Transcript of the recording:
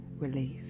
relief